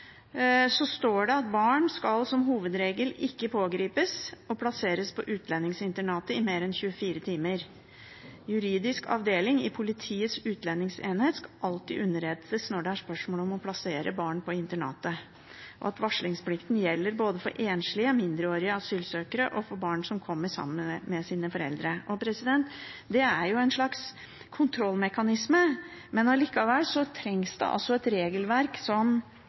står det: «Barn skal som hovedregel ikke pågripes og plasseres på utlendingsinternatet i mer enn 24 timer. Juridisk avdeling i Politiets utlendingsenhet skal alltid underrettes når det er spørsmål om å plassere barn på internatet. Varslingsplikten gjelder både for enslige, mindreårige asylsøkere og for barn som kommer sammen med sine foreldre.» Det er en slags kontrollmekanisme, men likevel trengs det et regelverk som